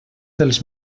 dels